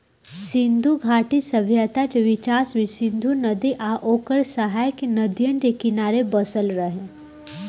सिंधु घाटी सभ्यता के विकास भी सिंधु नदी आ ओकर सहायक नदियन के किनारे बसल रहे